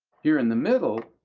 here in the middle,